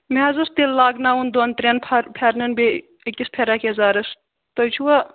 مےٚ حظ اوس تِلہٕ لاگناوُن دۄن ترٛٮ۪ن پھٮ۪رنَن بیٚیہِ أکِس فِراک یَزارَس تُہۍ چھُوا